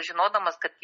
žinodamas kad